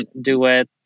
duet